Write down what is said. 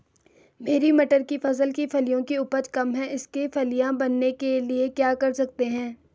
मेरी मटर की फसल की फलियों की उपज कम है इसके फलियां बनने के लिए क्या कर सकते हैं?